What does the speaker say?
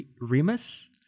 remus